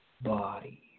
body